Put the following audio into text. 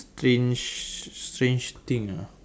strange strange thing ah